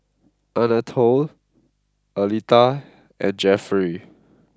Anatole Aletha and Jefferey